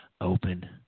open